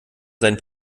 seinen